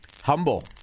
Humble